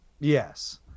Yes